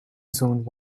zoned